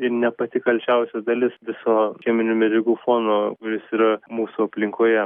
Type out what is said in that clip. ir ne pati kalčiausia dalis viso cheminių medžiagų fono kuris yra mūsų aplinkoje